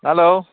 hello